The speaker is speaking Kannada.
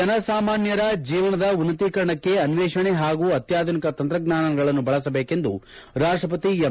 ಜನಸಾಮಾನ್ಯರ ಜೀವನದ ಉನ್ನತೀಕರಣಕ್ಕೆ ಅನ್ವೇಷಣೆ ಹಾಗೂ ಅತ್ಯಾಧುನಿಕ ತಂತ್ರಜ್ಞಾನಗಳನ್ನು ಬಳಸಬೇಕೆಂದು ಉಪರಾಷ್ಟಪತಿ ಎಂ